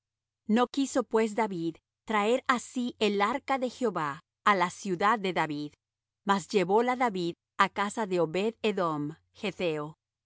no quiso pues david traer á sí el arca de jehová á la ciudad de david mas llevóla david á casa de